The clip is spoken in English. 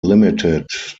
limited